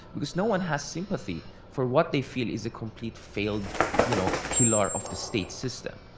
because no one has sympathy for what they feel is a complete failed you know pillar of the state system.